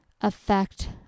affect